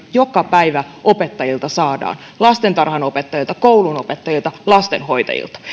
joka päivä opettajilta saamme lastentarhanopettajilta koulunopettajilta lastenhoitajilta